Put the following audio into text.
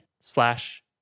slash